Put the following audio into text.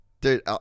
dude